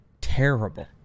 Terrible